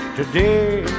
today